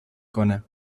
کنه